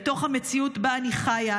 מתוך המציאות שבה אני חיה,